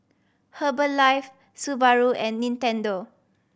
Herbalife Subaru and Nintendo